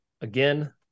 again